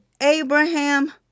Abraham